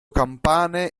campane